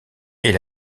est